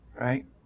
right